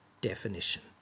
definition